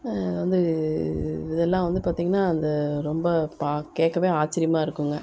அது வந்து இதெல்லாம் வந்து பார்த்தீங்கன்னா அந்த ரொம்ப பாக் கேட்கவே ஆச்சரியமாக இருக்குங்க